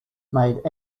made